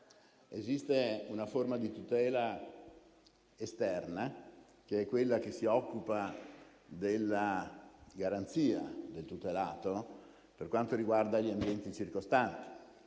Esiste una forma di tutela esterna, che è quella che si occupa della garanzia del tutelato per quanto riguarda gli ambienti circostanti;